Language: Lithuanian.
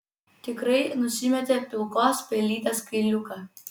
tikrai nusimetė pilkos pelytės kailiuką